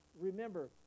Remember